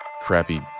crappy